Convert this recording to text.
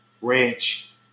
Ranch